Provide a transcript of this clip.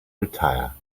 retire